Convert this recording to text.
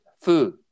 food